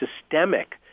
systemic